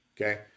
okay